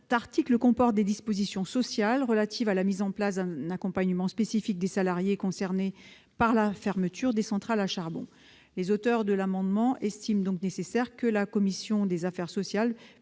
cet article comporte des dispositions sociales relatives à la mise en place d'un accompagnement spécifique des salariés concernés par la fermeture des centrales à charbon. Les auteurs de cet amendement estiment donc nécessaire que la commission des affaires sociales